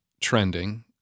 trending